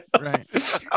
Right